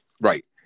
Right